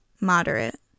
moderate